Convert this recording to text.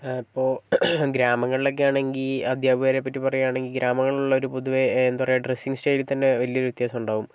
അപ്പോൾ ഗ്രാമങ്ങളിൽ ഒക്കെയാണെങ്കിൽ അധ്യാപകരെപ്പറ്റി പറയുവാണെങ്കിൽ ഗ്രാമങ്ങളിലുള്ളവർ പൊതുവെ ഡ്രസ്സിങ്ങ് സ്റ്റൈലിൽ തന്നെ വലിയൊരു വ്യത്യാസം ഉണ്ടാവും